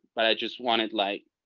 but i just wanted like,